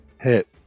Hit